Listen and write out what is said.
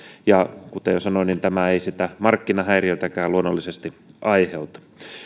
ja kuten jo sanoin niin tämä ei sitä markkinahäiriötäkään luonnollisesti aiheuta